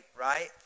right